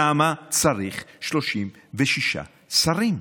למה צריך 36 שרים?